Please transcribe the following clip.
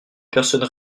personnes